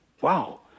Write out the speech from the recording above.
wow